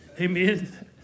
Amen